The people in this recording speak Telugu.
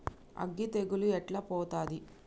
అగ్గి తెగులు ఎట్లా పోతది?